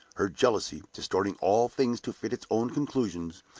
her jealousy, distorting all things to fit its own conclusions,